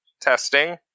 testing